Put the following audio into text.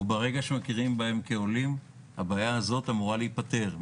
ברגע שמכירים בהם כעולים הבעיה הזאת אמורה להיפתר.